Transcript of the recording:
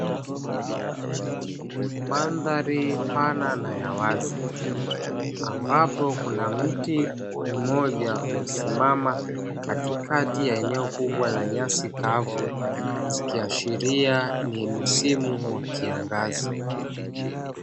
Mandhari pana na ya wazi, ambapo kuna mti mmoja umesimama katikati ya eneo kubwa la nyasi kavu, zikiashiria ni msimu wa kiangazi.